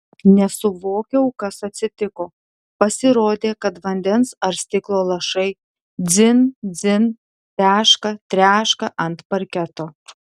nesuvokiau kas atsitiko pasirodė kad vandens ar stiklo lašai dzin dzin teška treška ant parketo